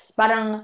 parang